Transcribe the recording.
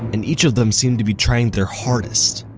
and each of them seemed to be trying their hardest.